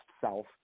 self